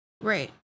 Right